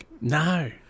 No